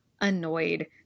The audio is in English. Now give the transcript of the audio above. annoyed